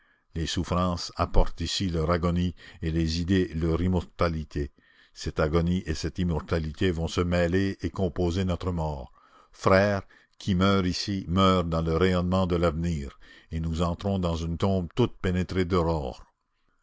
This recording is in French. les souffrances apportent ici leur agonie et les idées leur immortalité cette agonie et cette immortalité vont se mêler et composer notre mort frères qui meurt ici meurt dans le rayonnement de l'avenir et nous entrons dans une tombe toute pénétrée